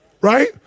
Right